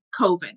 COVID